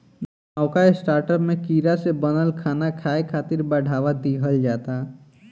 नवका स्टार्टअप में कीड़ा से बनल खाना खाए खातिर बढ़ावा दिहल जाता